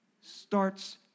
starts